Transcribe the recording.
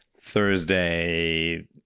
Thursday